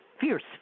fierce